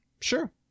sure